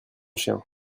chien